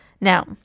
Now